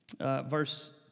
Verse